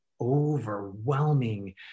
overwhelming